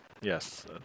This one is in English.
Yes